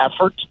effort